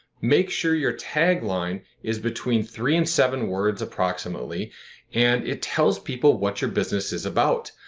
make sure your tagline is between three and seven words approximately and it tells people what your business is about.